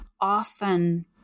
often